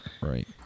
Right